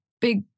big